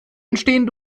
entstehen